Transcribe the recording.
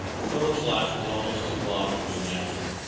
philip's laugh was almost too long to be natural.